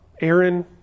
Aaron